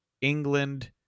England